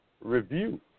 review